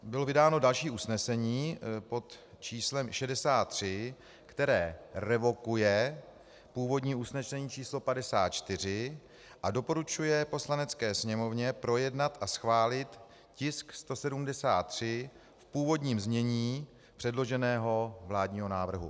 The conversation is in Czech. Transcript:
Bylo vydáno další usnesení, pod číslem 63, které revokuje původní usnesení číslo 54 a doporučuje Poslanecké sněmovně projednat a schválit tisk 173 v původním změní předloženého vládního návrhu.